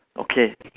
okay